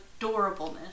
adorableness